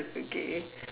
okay